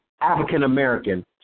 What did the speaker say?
African-American